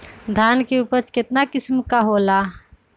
धान के उपज केतना किस्म के होला?